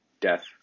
death